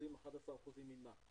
11% ממה?